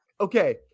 Okay